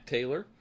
Taylor